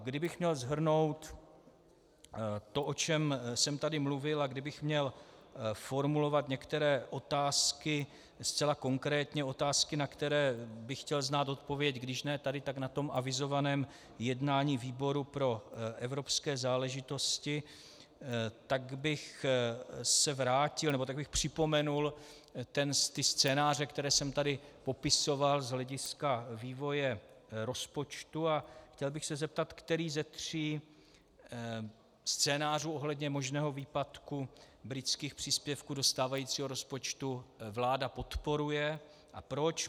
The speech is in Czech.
Kdybych měl shrnout to, o čem jsem tady mluvil, a kdybych měl formulovat některé otázky zcela konkrétně, otázky, na které bych chtěl znát odpověď když ne tady, tak na tom avizovaném jednání výboru pro evropské záležitosti, tak bych se vrátil, nebo tak bych připomenul scénáře, které jsem tady popisoval z hlediska vývoje rozpočtu, a chtěl bych se zeptat, který ze tří scénářů ohledně možného výpadku britských příspěvků do stávajícího rozpočtu vláda podporuje a proč.